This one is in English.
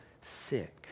sick